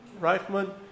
Reichman